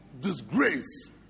disgrace